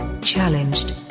challenged